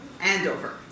Andover